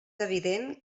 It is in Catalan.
evident